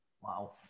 Wow